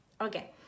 okay